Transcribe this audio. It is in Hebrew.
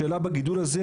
השאלה בגידול הזה,